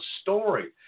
story